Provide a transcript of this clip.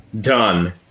done